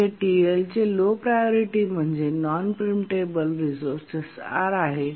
येथे TLचे low priority म्हणजे non preempt table resources R आहे